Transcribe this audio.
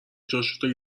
جاشو